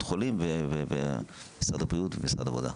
החולים ומשרד הבריאות ומשרד העבודה.